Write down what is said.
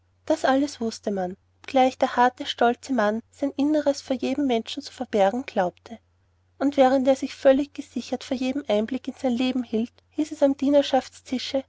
das alles wußte man obgleich der harte stolze mann sein inneres vor jedem menschen zu verbergen glaubte und während er sich völlig gesichert vor jedem einblick in sein leben hielt hieß es am